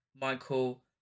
Michael